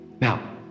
Now